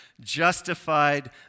justified